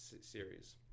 series